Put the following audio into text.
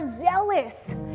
zealous